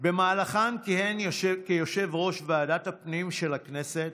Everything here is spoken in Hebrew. במהלכן כיהן כיושב-ראש ועדת הפנים של הכנסת,